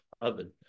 oven